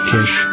Kish